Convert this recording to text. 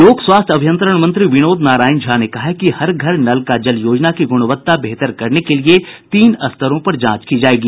लोक स्वास्थ्य अभियंत्रण मंत्री विनोद नारायण झा ने कहा है कि हर घर नल का जल योजना की गुणवत्ता बेहतर करने के लिए तीन स्तरों पर जांच की जायेगी